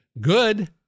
good